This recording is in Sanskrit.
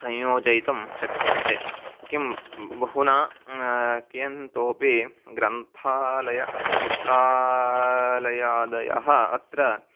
संयोजयितुं शक्यन्ते किं बहुना कियन्तोपि ग्रन्थालयः चित्रालयादयः अत्र